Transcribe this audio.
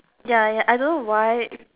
ya ya I don't know why